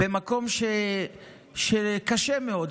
במקום קשה מאוד,